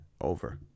over